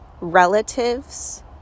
relatives